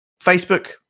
Facebook